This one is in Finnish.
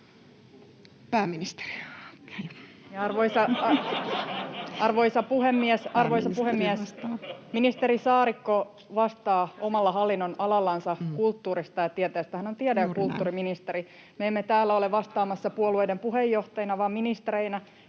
Content: Arvoisa puhemies! Ministeri Saarikko vastaa omalla hallinnonalallansa kulttuurista ja tieteestä. Hän on tiede- ja kulttuuriministeri. [Puhemies: Juuri näin!] Me emme ole täällä vastaamassa puolueiden puheenjohtajina vaan ministereinä